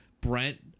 Brent